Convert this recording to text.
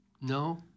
No